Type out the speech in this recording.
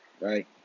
right